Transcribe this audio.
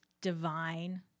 divine